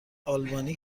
آلبانی